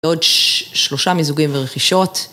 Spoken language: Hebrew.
ועוד שלושה מיזוגים ורכישות.